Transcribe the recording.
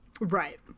Right